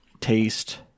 taste